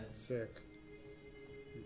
sick